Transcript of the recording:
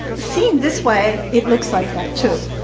seen this way, it looks like that too,